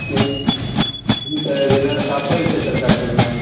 نہیں نہیں سر ادھر سات سو ہی روپئے چل رہا ہے اصل میں